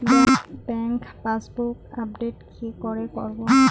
Bank passbook update কি করে করবো?